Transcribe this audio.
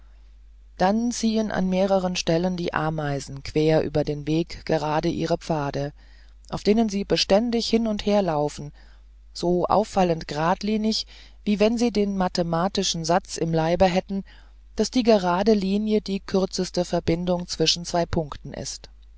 dann ziehen an mehreren stellen die ameisen quer über den weg gerade ihre pfade auf denen sie beständig hin und herlaufen so auffallend gradlinig wie wenn sie den mathematischen satz im leibe hätten daß die gerade linie die kürzeste verbindung zwischen zwei punkten ist